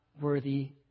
worthy